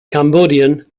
cambodian